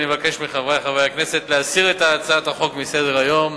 אני מבקש מחברי חברי הכנסת להסיר את הצעת החוק מסדר-היום.